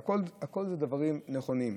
כל הדברים הם נכונים,